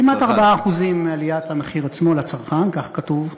כמעט 4% עליית המחיר עצמו לצרכן, כך כתוב.